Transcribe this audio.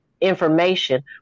information